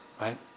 right